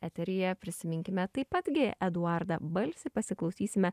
eteryje prisiminkime taip pat gi eduardą balsį pasiklausysime